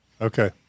Okay